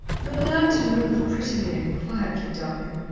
you'll learn to move prettily and quietly, darling,